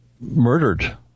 murdered